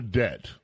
debt